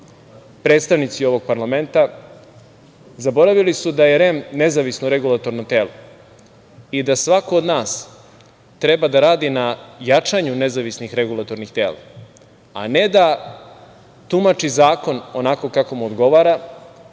predstavnici ovog parlamenta, zaboravili su da je REM nezavisno regulatorno telo i da svako od nas treba da radi na jačanju nezavisnih regulatornih tela, a ne da tumači zakon onako kako mu odgovara,